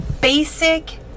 basic